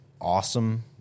awesome